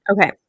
Okay